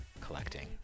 collecting